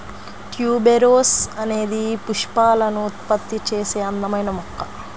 tuberose అనేది పుష్పాలను ఉత్పత్తి చేసే అందమైన మొక్క